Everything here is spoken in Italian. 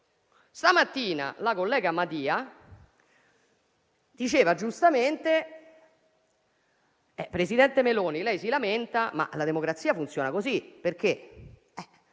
Stamattina la collega Madia diceva, giustamente: presidente Meloni, lei si lamenta, ma la democrazia funziona così. Il